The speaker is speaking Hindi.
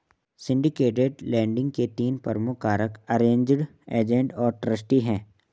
सिंडिकेटेड लेंडिंग के तीन प्रमुख कारक अरेंज्ड, एजेंट और ट्रस्टी हैं